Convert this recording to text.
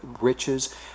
riches